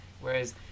Whereas